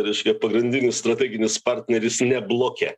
reiškia pagrindinis strateginis partneris ne bloke